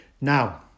Now